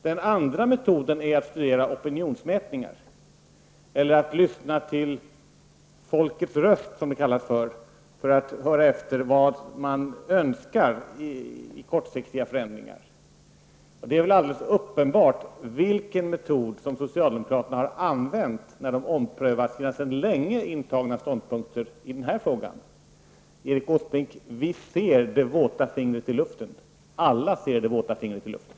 Den andra metoden är att studera opinionsmätningar eller att lyssna till folkets röst, som det kallas, för att höra efter vilka kortsiktiga förändringar som människor önskar. Det är väl alldeles uppenbart vilken metod socialdemokraterna har använt när de har omprövat sina sedan länge intagna ståndpunkter i den här frågan. Erik Åsbrink, vi ser det våta fingret i luften. Alla ser det våta fingret i luften.